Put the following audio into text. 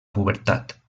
pubertat